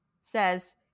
says